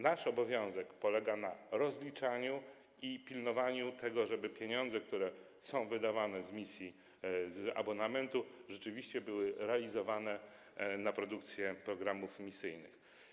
Nasz obowiązek polega na rozliczaniu i pilnowaniu tego, żeby pieniądze, które są wydawane z puli na misję, z abonamentu, rzeczywiście były przeznaczane na produkcję programów misyjnych.